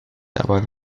dabei